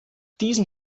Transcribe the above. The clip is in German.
diesen